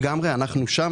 לגמרי אנחנו שם,